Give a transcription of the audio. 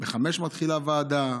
וב-17:00 מתחילה ועדה.